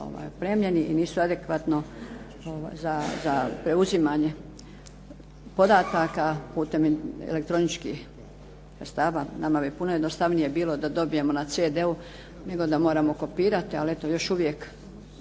opremljeni i nisu adekvatno za preuzimanje podataka putem elektroničkih stava. Nama bi puno jednostavnije bilo da dobijemo na CD-u, nego da moramo kopirati, ali eto još uvijek